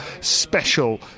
special